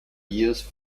used